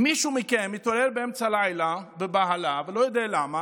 אם מישהו מכם מתעורר באמצע הלילה בבהלה ולא יודע למה,